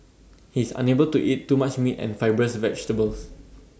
he is unable to eat too much meat and fibrous vegetables